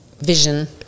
Vision